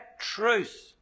truth